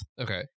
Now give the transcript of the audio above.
Okay